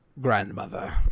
grandmother